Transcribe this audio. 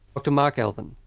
dr mark elvin.